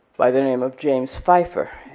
by the and um of james pfeiffer,